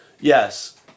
yes